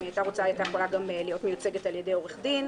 אם היא הייתה רוצה היא הייתה יכולה גם להיות מיוצגת על ידי עורך דין.